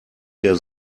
der